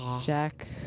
Jack